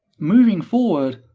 moving forward,